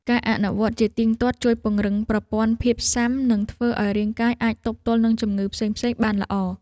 ការអនុវត្តជាទៀងទាត់ជួយពង្រឹងប្រព័ន្ធភាពស៊ាំ ដែលធ្វើឱ្យរាងកាយអាចទប់ទល់នឹងជំងឺផ្សេងៗបានល្អ។